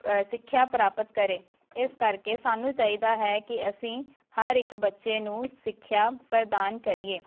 ਸਿੱਖਿਆ ਪ੍ਰਾਪਤ ਕਰੇ ਇਸ ਕਰਕੇ ਸਾਨੂੰ ਚਾਹੀਦਾ ਹੈ ਕਿ ਅਸੀਂ ਹਰ ਇੱਕ ਬੱਚੇ ਨੂੰ ਸਿੱਖਿਆ ਪ੍ਰਦਾਨ ਕਰੀਏ